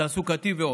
התעסוקתי ועוד.